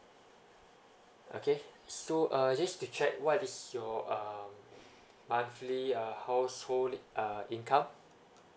okay so uh just to check what is your um monthly uh household uh income